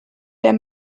der